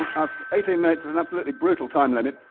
ah eighteen minutes is an absolutely brutal time limit.